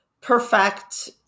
perfect